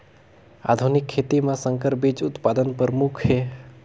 आधुनिक खेती म संकर बीज उत्पादन प्रमुख हे